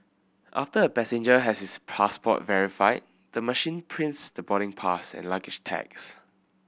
after a passenger has his passport verified the machine prints the boarding pass and luggage tags